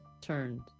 turned